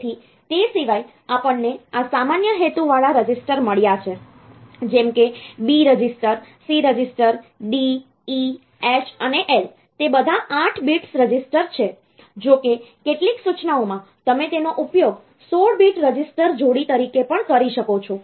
તેથી તે સિવાય આપણને આ સામાન્ય હેતુવાળા રજિસ્ટર મળ્યા છે જેમ કે B register C register DE H અને L તે બધા 8 bits રજિસ્ટર છે જો કે કેટલીક સૂચનાઓમાં તમે તેનો ઉપયોગ 16 bits રજીસ્ટર જોડી તરીકે પણ કરી શકો છો